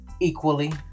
equally